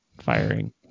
firing